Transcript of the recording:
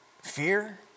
fear